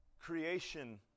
creation